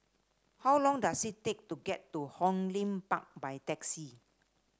how long does it take to get to Hong Lim Park by taxi